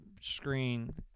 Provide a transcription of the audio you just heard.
screen